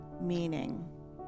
meaning